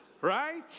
right